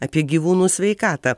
apie gyvūnų sveikatą